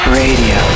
radio